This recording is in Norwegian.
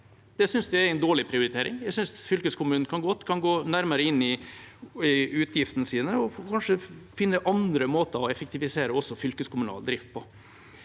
Det synes jeg er en dårlig prioritering. Jeg synes fylkeskommunene godt kan gå nærmere inn i utgiftene sine og kanskje finne andre måter å effektivisere fylkeskommunal drift på.